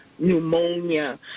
Pneumonia